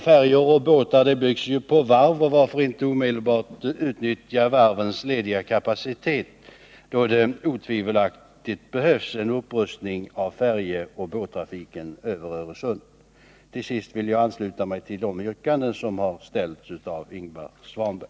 Färjor och båtar byggs på varv. Varför inte omedelbart utnyttja varvens lediga kapacitet då det otvivelaktigt behövs en upprustning av färjeoch båttrafiken över Öresund? Till sist vill jag ansluta mig till de yrkanden som framställts av Ingvar Svanberg.